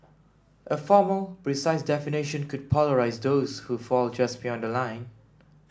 a formal precise definition could polarise those who fall just beyond the line